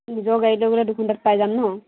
নিজৰ গাড়ী লৈ গ'লে দহ মিনিটত পাই যাম ন